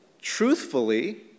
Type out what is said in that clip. truthfully